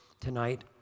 tonight